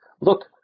Look